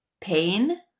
pain